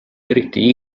eriti